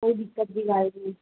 कोई दिक़त जी ॻाल्हि कोन्हे हितां